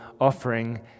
offering